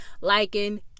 liking